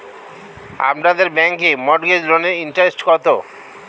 আপনাদের ব্যাংকে মর্টগেজ লোনের ইন্টারেস্ট কত?